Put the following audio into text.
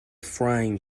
frying